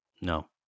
No